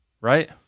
Right